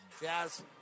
Jazz